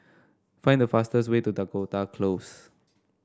find the fastest way to Dakota Close